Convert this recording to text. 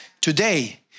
Today